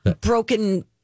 broken